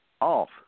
off